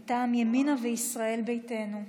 מטעם ימינה וישראל ביתנו.